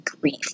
grief